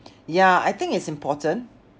ya I think it's important